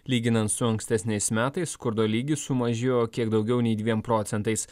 lyginant su ankstesniais metais skurdo lygis sumažėjo kiek daugiau nei dviem procentais